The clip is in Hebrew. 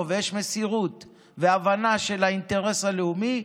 ויש מסירות והבנה של האינטרס הלאומי,